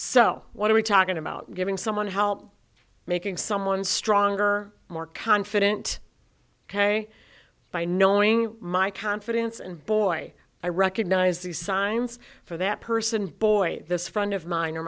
so what are we talking about giving someone help making someone stronger more confident ok by knowing my confidence and boy i recognise the signs for that person boy this friend of mine